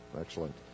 Excellent